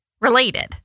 related